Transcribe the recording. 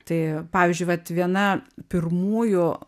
tai pavyzdžiui vat viena pirmųjų